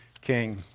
King